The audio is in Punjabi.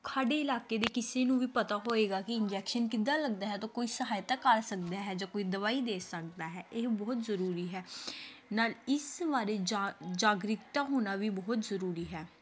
ਸਾਡੇ ਇਲਾਕੇ ਦੇ ਕਿਸੇ ਨੂੰ ਵੀ ਪਤਾ ਹੋਏਗਾ ਕਿ ਇੰਜੈਕਸ਼ਨ ਕਿੱਦਾਂ ਲੱਗਦਾ ਹੈ ਤਾਂ ਕੋਈ ਸਹਾਇਤਾ ਕਰ ਸਕਦਾ ਹੈ ਜਾਂ ਕੋਈ ਦਵਾਈ ਦੇ ਸਕਦਾ ਹੈ ਇਹ ਬਹੁਤ ਜ਼ਰੂਰੀ ਹੈ ਨਾ ਇਸ ਬਾਰੇ ਜਾ ਜਾਗਰੂਕਤਾ ਹੋਣਾ ਵੀ ਬਹੁਤ ਜ਼ਰੂਰੀ ਹੈ